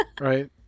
Right